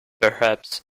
perhaps